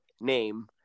name